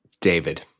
David